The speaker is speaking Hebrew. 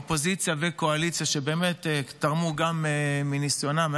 אופוזיציה וקואליציה, שתרמו מניסיונם.